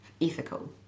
ethical